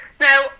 now